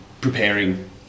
preparing